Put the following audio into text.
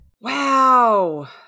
Wow